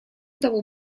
того